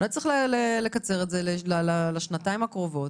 אולי צריך לקצר את זה לשנתיים הקרובות,